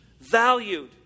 valued